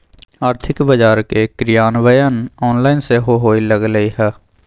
आर्थिक बजार के क्रियान्वयन ऑनलाइन सेहो होय लगलइ ह